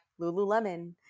Lululemon